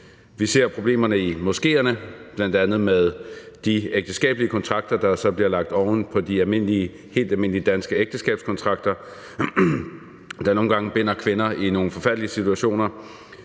Vi ser problemerne i moskéerne, bl.a. med de ægteskabelige kontrakter, der bliver lagt oven på de helt almindelige danske ægteskabskontrakter, der nogle gange binder kvinder i nogle forfærdelige situationer;